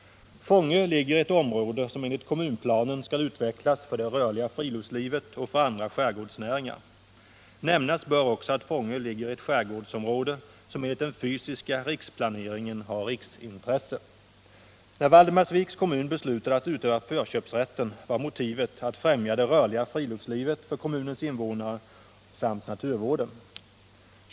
Fångö ligger i ett område som enligt kommunplanen skall utvecklas för det rörliga friluftslivet och för andra skärgårdsnäringar. Nämnas bör också att Fångö ligger i ett skärgårdsområde som enligt den fysiska riksplaneringen har riksintresse. När Valdemarsviks kommun beslutade att utöva förköpsrätten var motivet att främja det rörliga friluftslivet för kommunens invånare samt naturvården.